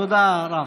תודה, רם.